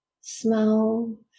smell